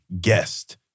guest